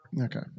okay